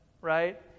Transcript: right